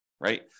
right